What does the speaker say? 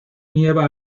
nieva